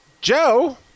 Joe